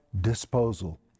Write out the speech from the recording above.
disposal